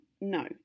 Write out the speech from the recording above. no